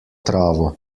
travo